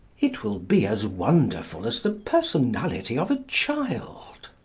it will be as wonderful as the personality of a child.